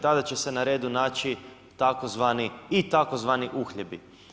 Tada će se na redu naći tzv. i tzv. uhljebi.